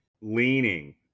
leaning